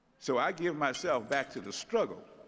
so i give myself back to the struggle,